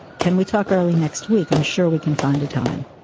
can we talk early next week? i'm sure we can find a time.